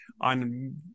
on